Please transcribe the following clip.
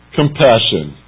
compassion